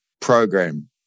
program